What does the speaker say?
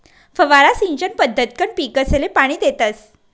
फवारा सिंचन पद्धतकंन पीकसले पाणी देतस